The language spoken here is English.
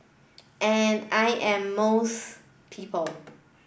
and I am most people